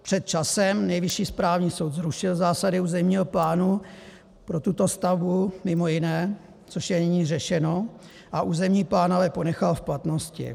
Před časem Nejvyšší správní soud zrušil zásady územního plánu pro tuto stavbu, mimo jiné, což je nyní řešeno, a územní plán ale ponechal v platnosti.